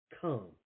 come